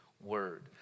word